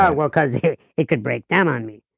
ah well because it could break down on me.